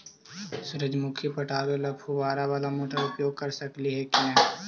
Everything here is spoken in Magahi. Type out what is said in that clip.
सुरजमुखी पटावे ल फुबारा बाला मोटर उपयोग कर सकली हे की न?